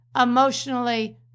emotionally